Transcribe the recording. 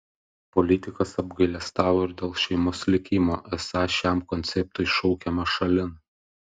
politikas apgailestavo ir dėl šeimos likimo esą šiam konceptui šaukiama šalin